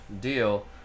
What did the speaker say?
deal